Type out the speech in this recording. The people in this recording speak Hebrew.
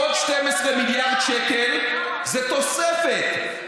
עוד 12 מיליארד שקל, זו תוספת.